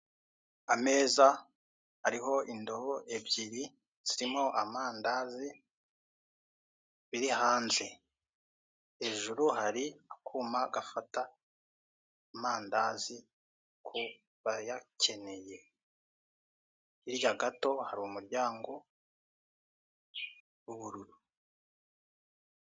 Ameza ariho indobo ebyiri zirimo amandazi biri hanze, hejuru hari akuma gafata amandazi kubayakeneye, hirya gato hari umuryango w'ubururu.